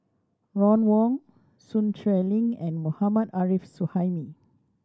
Ron Wong Sun Xueling and Mohammad Arif Suhaimi